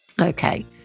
Okay